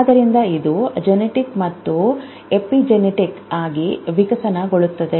ಆದ್ದರಿಂದ ಇದು ಜೆನೆಟಿಕ್ ಮತ್ತು ಎಪಿಜೆನೆಟಿಕ್ ಆಗಿ ವಿಕಸನಗೊಳ್ಳುತ್ತದೆ